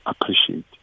appreciate